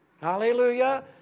Hallelujah